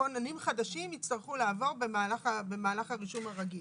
שכוננים חדשים יצטרכו לעבור במהלך הרישום הרגיל.